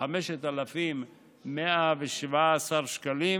מ-5,117 שקלים